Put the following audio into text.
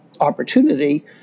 opportunity